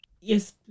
Yes